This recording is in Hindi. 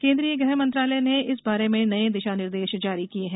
केन्द्रीय गृह मंत्रालय ने इस बारे में नये दिशानिर्देश जारी किये हैं